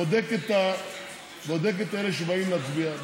בודק את אלה שבאים להצביע,